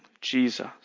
Jesus